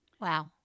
Wow